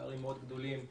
פערים גדולים מאוד,